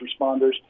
responders